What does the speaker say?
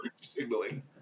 signaling